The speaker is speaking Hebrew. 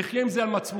תחיה עם זה על מצפונך,